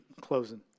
closing